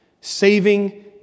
Saving